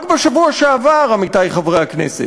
רק בשבוע שעבר, עמיתי חברי הכנסת,